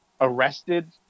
arrested